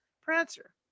Prancer